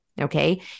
Okay